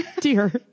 dear